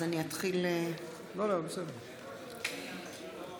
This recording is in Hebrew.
(קוראת בשמות חברי הכנסת)